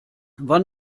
wann